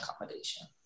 accommodation